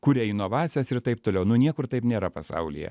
kuria inovacijas ir taip toliau nu niekur taip nėra pasaulyje